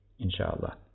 inshaAllah